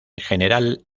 general